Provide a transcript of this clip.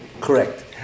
Correct